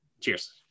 Cheers